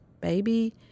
baby